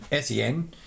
SEN